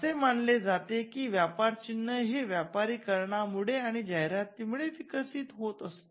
असे मानले जाते की व्यापारचिन्ह हे व्यापारीकरणामुळे आणि जाहिराती मुळे विकसित होत असते